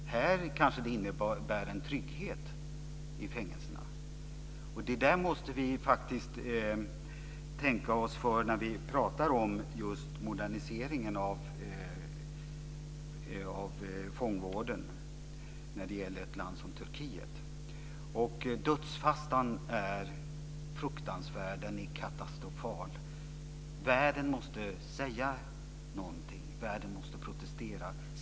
Här kanske den innebär en trygghet i fängelserna. Här måste vi tänka oss för när vi pratar om moderniseringen av fångvården i ett land som Turkiet. Dödsfastan är fruktansvärd, katastrofal. Världen måste säga någonting. Världen måste protestera.